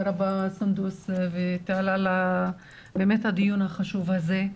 סונדוס וטלי על הדיון החשוב הזה.